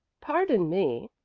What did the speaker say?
pardon me,